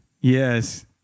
yes